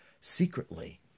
secretly